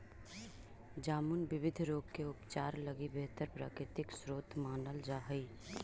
जामुन विविध रोग के उपचार लगी बेहतर प्राकृतिक स्रोत मानल जा हइ